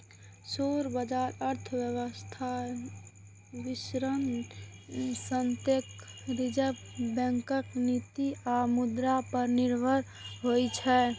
share बाजार अर्थव्यवस्था, वैश्विक संकेत, रिजर्व बैंकक नीति आ मुद्रा पर निर्भर होइ छै